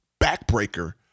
backbreaker